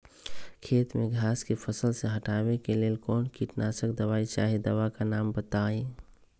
खेत में घास के फसल से हटावे के लेल कौन किटनाशक दवाई चाहि दवा का नाम बताआई?